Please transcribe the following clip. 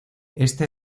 este